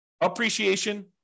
appreciation